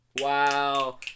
Wow